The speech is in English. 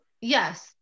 Yes